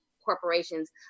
corporations